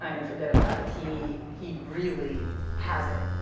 ah and forget about it. he he really has it.